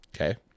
Okay